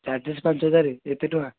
ଚାର୍ଜସେ ପାଞ୍ଚ ହଜାର ଏତେ ଟଙ୍କା